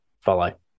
follow